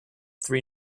three